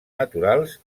naturals